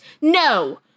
No